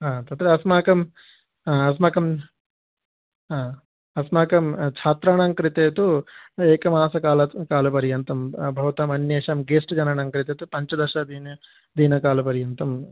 हा तत्र अस्माकं अस्माकं हा अस्माकं छात्राणां कृते तु एकमासकालात् कालपर्यन्तं भवतामन्येषां गेस्ट् जनानां कृते तु पञ्चदशदिने दिनकालपर्यन्तं